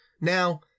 Now